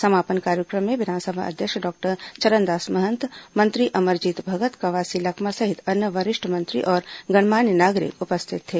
समापन कार्यक्रम में विधानसभा अध्यक्ष डॉक्टर चरणदास महंत मंत्री अमरजीत भगत कवासी लखमा सहित अन्य वरिष्ठ मंत्री और गणमान्य नागरिक उपस्थित थे